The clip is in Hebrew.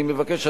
אני מבקש,